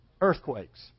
Earthquakes